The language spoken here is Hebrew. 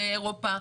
באירופה,